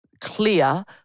clear